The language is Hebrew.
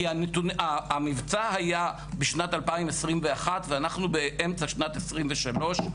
כי המבצע היה בשנת 2021 ואנחנו באמצע שנת 23,